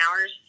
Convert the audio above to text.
hours